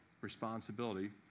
responsibility